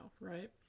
right